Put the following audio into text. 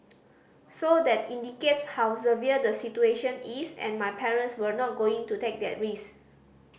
so that indicates how severe the situation is and my parents were not going to take that risk